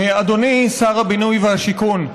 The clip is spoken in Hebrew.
אדוני שר הבינוי והשיכון,